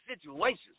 situations